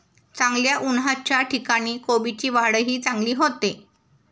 चांगल्या उन्हाच्या ठिकाणी कोबीची वाढही चांगली होते